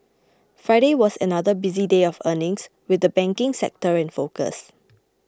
Friday was another busy day of earnings with the banking sector in focus